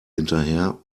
hinterher